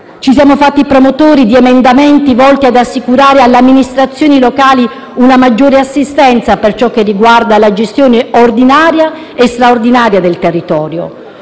Ci siamo fatti promotori di emendamenti volti ad assicurare alle amministrazioni locali una maggiore assistenza per ciò che riguarda la gestione ordinaria e straordinaria del territorio.